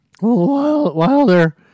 Wilder